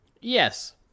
Yes